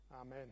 Amen